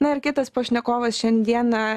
na ir kitas pašnekovas šiandieną